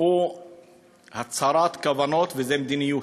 הוא הצהרת כוונות, וזו מדיניות.